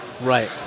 right